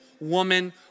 woman